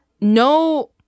No